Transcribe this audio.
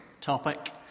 topic